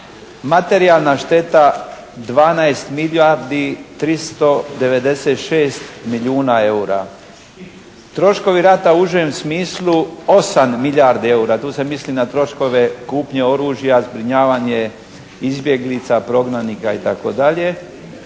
Materijalna šteta 12 milijardi 396 milijuna eura. Troškovi rata u užem smislu 8 milijardi eura, tu se misli na troškove kupnje oružja, zbrinjavanje izbjeglica, prognanica itd.